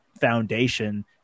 foundation